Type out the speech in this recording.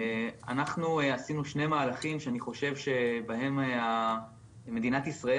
אנחנו עשינו שני מהלכים שאני חושב שבהם מדינת ישראל